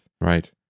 right